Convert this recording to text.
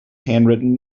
handwritten